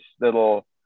little